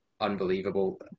unbelievable